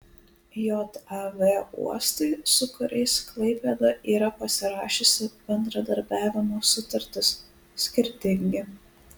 jav uostai su kuriais klaipėda yra pasirašiusi bendradarbiavimo sutartis skirtingi